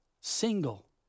single